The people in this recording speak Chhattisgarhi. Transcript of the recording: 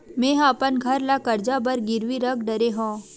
मेहा अपन घर ला कर्जा बर गिरवी रख डरे हव